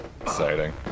Exciting